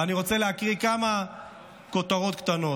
ואני רוצה להקריא כמה כותרות קטנות.